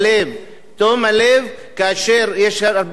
תום הלב יש הרבה פסקי-דין,